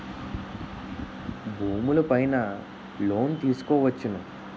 భూములు పైన లోన్ తీసుకోవచ్చును